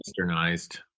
westernized